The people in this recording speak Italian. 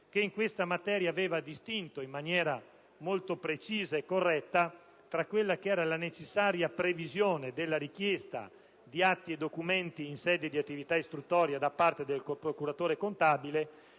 che in questa materia aveva distinto, in maniera molto precisa e corretta, tra la necessaria previsione della richiesta di atti e documenti in sede di attività istruttoria da parte del procuratore contabile